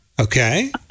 Okay